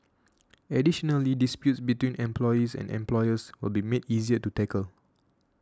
additionally disputes between employees and employers will be made easier to tackle